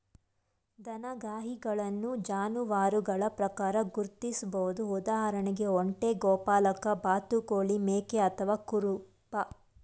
ದನಗಾಹಿಗಳನ್ನು ಜಾನುವಾರುಗಳ ಪ್ರಕಾರ ಗುರ್ತಿಸ್ಬೋದು ಉದಾಹರಣೆಗೆ ಒಂಟೆ ಗೋಪಾಲಕ ಬಾತುಕೋಳಿ ಮೇಕೆ ಅಥವಾ ಕುರುಬ